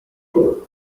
three